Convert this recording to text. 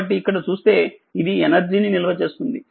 కాబట్టిఇక్కడచూస్తే ఇది ఎనర్జీనినిల్వచేస్తుంది